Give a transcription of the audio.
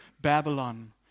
Babylon